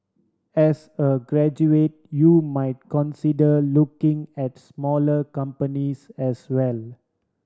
as a graduate you might consider looking at smaller companies as well